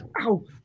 Ow